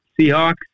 Seahawks